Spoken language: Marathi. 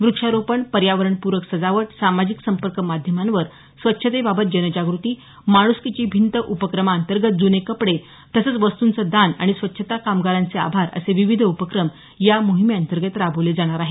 व्रक्षारोपण पर्यावरणपूरक सजावट सामाजिक संपर्क माध्यमांवर स्वच्छतेबाबत जनजाग्रती माणुसकीची भिंत उपक्रमांतर्गत जुने कपडे तसंच वस्तूंचं दान आणि स्वच्छता कामगारांचे आभार असे विविध उपक्रम या मोहिमेअंतर्गत राबवले जाणार आहेत